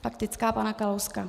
Faktická pana Kalouska.